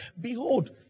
behold